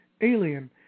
Alien